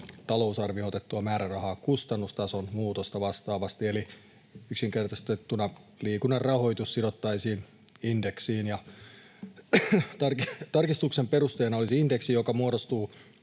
talousarvioon otettua määrärahaa kustannustason muutosta vastaavasti. Eli yksinkertaistettuna liikunnan rahoitus sidottaisiin indeksiin, ja tarkistuksen perusteena olisi indeksi, joka muodostuu